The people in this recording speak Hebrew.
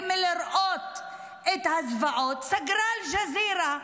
מלראות את הזוועות וסגרה את אל-ג'זירה,